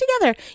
together